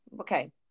Okay